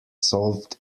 solved